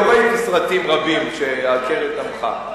לא ראיתי סרטים רבים כאלה שהקרן תמכה בהם.